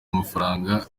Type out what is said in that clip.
amafaranga